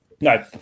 No